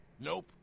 Nope